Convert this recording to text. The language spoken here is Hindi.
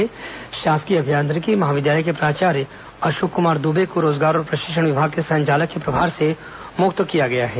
वहीं शासकीय अभियांत्रिकी महाविद्यालय के प्राचार्य अशोक कुमार दुबे को रोजगार और प्रशिक्षण विभाग के संचालक के प्रभार से मुक्त किया गया है